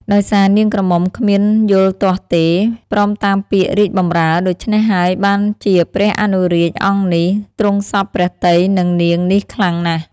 ដោយសារនាងក្រមុំគ្មានយល់ទាស់ទេ ព្រមតាមពាក្យរាជបម្រើ ដូច្នេះហើយបានជាព្រះអនុរាជអង្គនេះ ទ្រង់សព្វព្រះទ័យនឹងនាងនេះខ្លាំងណាស់ ។